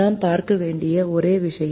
நாம் பார்க்க வேண்டிய ஒரே விஷயம்